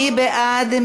מי בעד?